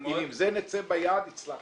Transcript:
אם עם זה נצא ביחד, הצלחנו.